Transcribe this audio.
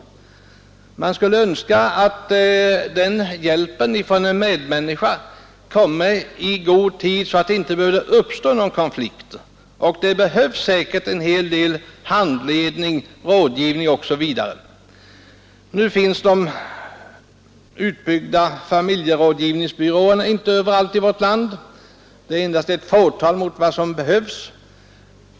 Man skulle önska att hjälpen från en medmänniska komme i god tid så att det inte behövde uppstå någon konflikt, och det behövs säkert en hel del handledning, rådgivning osv Nu finns de utbyggda familjerådgivningsbyråerna inte överallt i vårt land; vi har endast ett fåtal i förhållande till vad som behövs.